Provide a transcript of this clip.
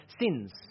sins